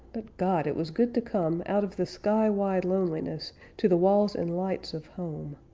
but god! it was good to come out of the sky-wide loneliness to the walls and lights of home.